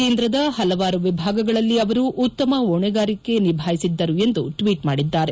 ಕೇಂದ್ರದ ಹಲವಾರು ವಿಭಾಗಗಳಲ್ಲಿ ಅವರು ಉತ್ತಮ ಹೊಣೆಗಾರಿಕೆ ನಿಭಾಯಿಸಿದ್ದರು ಎಂದು ಅವರು ಟ್ವೀಟ್ ಮಾಡಿದ್ದಾರೆ